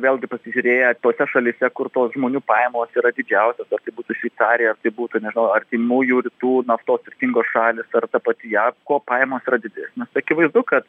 vėlgi pasižiūrėję tose šalyse kur tos žmonių pajamos yra didžiausios ar tai būtų šveicarija ar tai būtų nežinau artimųjų rytų naftos turtingos šalys ar ta pati jav ko pajamos yra didesnės akivaizdu kad